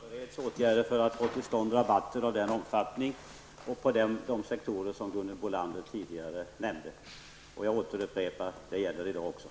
Fru talman! Jag har sagt att det förbereds åtgärder för att få till stånd rabatter av den omfattning och inom de sektorer som Gunhild Bolander tidigare nämnde. Jag återupprepar att detta gäller även i dag.